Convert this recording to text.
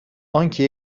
آنکه